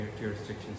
jurisdictions